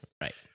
right